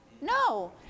No